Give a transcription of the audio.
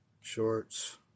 Shorts